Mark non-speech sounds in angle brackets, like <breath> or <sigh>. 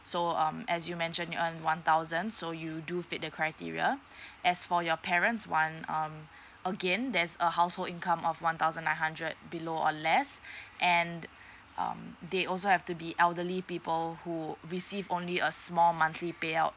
so um as you mentioned you earn one thousand so you do fit the criteria <breath> as for your parents [one] um again there's a household income of one thousand nine hundred below or less <breath> and um they also have to be elderly people who receive only a small monthly payout